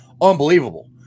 unbelievable